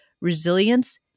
resilience